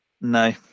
No